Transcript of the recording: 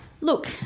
Look